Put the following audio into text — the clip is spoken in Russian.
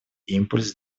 импульс